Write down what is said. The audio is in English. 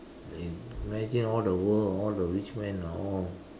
if imagine all the world all the rich man are all